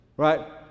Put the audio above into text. right